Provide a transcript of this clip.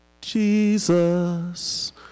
Jesus